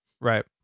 Right